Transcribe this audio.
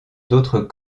d’autres